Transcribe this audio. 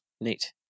Neat